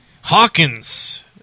Hawkins